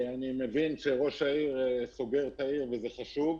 אני מבין שראש העיר סוגר את העיר, וזה חשוב,